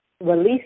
release